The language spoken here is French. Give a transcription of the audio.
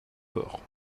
port